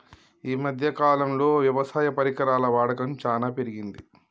ఈ మధ్య కాలం లో వ్యవసాయ పరికరాల వాడకం చానా పెరిగింది